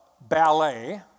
ballet